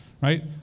right